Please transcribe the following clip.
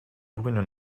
brume